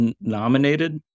nominated